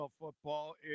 football